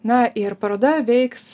na ir paroda veiks